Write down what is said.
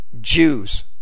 Jews